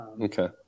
Okay